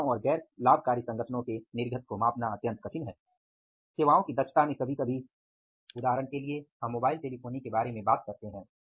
सेवाओं की दक्षता में कभी कभी उदाहरण के लिए हम मोबाइल टेलीफोनी के बारे में बात करते हैं